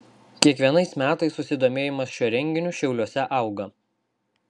kiekvienais metais susidomėjimas šiuo renginiu šiauliuose auga